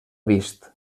vist